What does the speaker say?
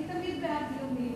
אני תמיד בעד דיונים.